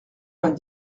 vingt